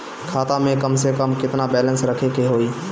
खाता में कम से कम केतना बैलेंस रखे के होईं?